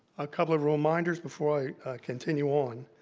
a couple of reminders before i continue on.